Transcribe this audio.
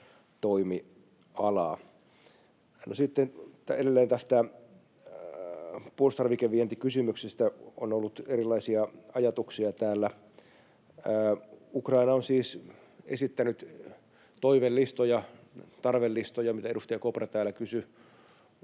sitten edelleen tästä puolustustarvikevientikysymyksestä on ollut erilaisia ajatuksia täällä. Ukraina on siis esittänyt toivelistoja, tarvelistoja — mitä edustaja Kopra täällä kysyi